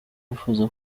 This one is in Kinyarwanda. bifuza